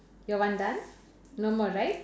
your one done no more right